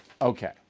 Okay